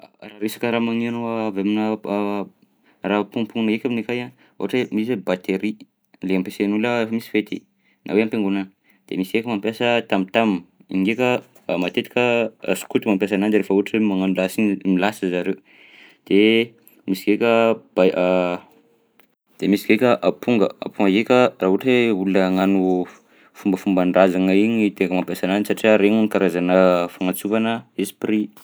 Raha resaka raha magneno avy aminà raha pompohina eka aminay akagny ohatra hoe misy hoe batery le ampiasain'olona rehefa misy fety na hoe am-piangonana, de misy eka mampiasa tam-tam, iny ndraika matetika skoto mampiasa ananjy rehefa ohatra hoe magnano lasy igny z- milasy zareo, de misy ndraika ba- de misy ndraika amponga, amponga eka raha ohatra hoe olona hagnano fombafomban-drazagna igny tegna mampiasa ananjy satria regny hono karazana fagnantsovana esprit.